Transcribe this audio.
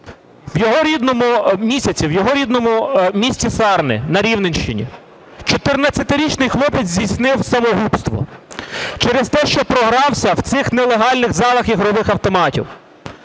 в його рідному, місяців, в його рідному місті Сарни на Рівненщині чотирнадцятирічний хлопець здійснив самогубство через те, що програвся в цих нелегальних залах ігрових автоматів.